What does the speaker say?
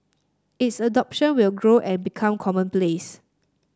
its adoption will grow and become commonplace